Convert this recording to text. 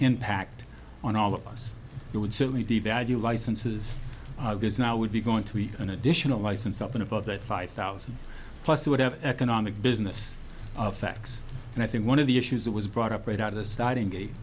impact on all of us it would certainly devalue licenses is now would be going to be an additional license up in about that five thousand plus whatever economic business of facts and i think one of the issues that was brought up right out of the starting gate